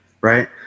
Right